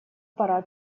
пора